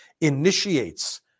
initiates